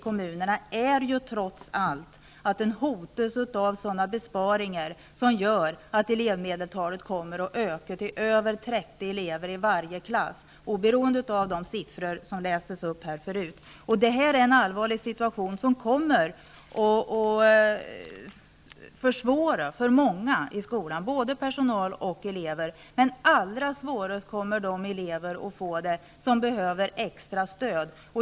Kommunerna hotas av sådana besparingar inom skolan att elevmedeltalet kommer att öka till över 30 elever i varje klass, oberoende av de siffror som lästes upp här förut. Det här är en allvarlig situation, som kommer att försvåra för många i skolan, både personal och elever. Men allra svårast kommer de elever att få som behöver extra stöd.